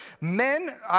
men